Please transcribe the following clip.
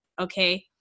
Okay